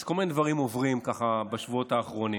כל מיני דברים עוברים בשבועות האחרונים.